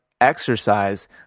exercise